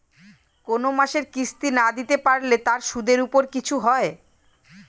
কোন মাসের কিস্তি না দিতে পারলে তার সুদের উপর কিছু হয়?